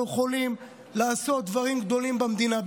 אנחנו יכולים לעשות דברים גדולים במדינה,